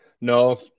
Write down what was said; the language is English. no